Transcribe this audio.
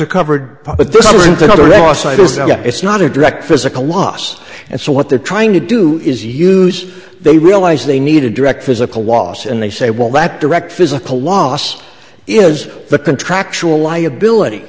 a covered it's not a direct physical loss and so what they're trying to do is use they realize they need a direct physical loss and they say well that direct physical loss is the contractual liability